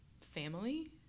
family